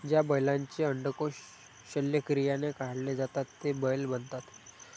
ज्या बैलांचे अंडकोष शल्यक्रियाने काढले जातात ते बैल बनतात